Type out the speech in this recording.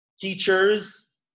teachers